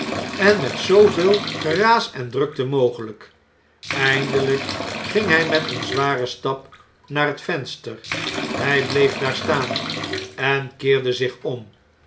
en met zooveel geraas en drukte mogelijk eindelp ging hij met een zwaren stap naar net venster hy bieef daar staan en keerde zich om